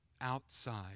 Outside